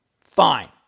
fine